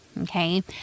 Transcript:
Okay